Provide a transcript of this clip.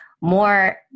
more